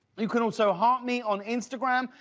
you can also heart me on instagram.